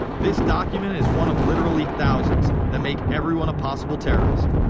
this document is one of literally thousands that make everyone a possible terrorist.